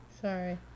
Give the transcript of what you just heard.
Sorry